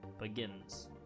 begins